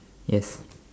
yes